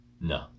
No